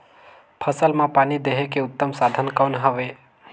फसल मां पानी देहे के उत्तम साधन कौन हवे?